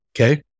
Okay